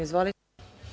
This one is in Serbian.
Izvolite.